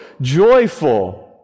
joyful